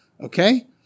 Okay